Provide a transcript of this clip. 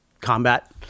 combat